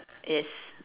yes